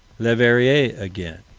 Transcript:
leverrier again.